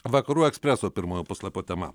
vakarų ekspreso pirmojo puslapio tema